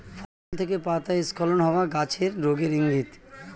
ফসল থেকে পাতা স্খলন হওয়া গাছের রোগের ইংগিত